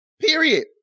Period